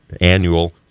annual